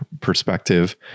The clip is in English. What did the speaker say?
perspective